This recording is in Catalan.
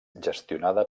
gestionada